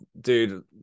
dude